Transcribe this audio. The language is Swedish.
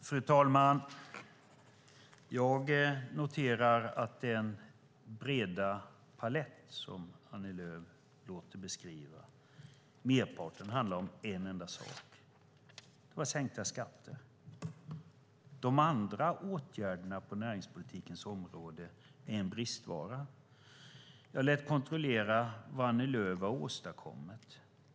Fru talman! Jag noterar att merparten i den breda palett Annie Lööf låter beskriva handlar om en enda sak: sänkta skatter. De andra åtgärderna på näringspolitikens område är en bristvara. Jag lät kontrollera vad Annie Lööf har åstadkommit.